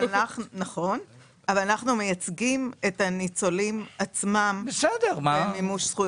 אבל אנחנו מייצגים את הניצולים עצמם במימוש זכויות.